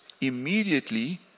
immediately